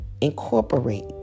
incorporate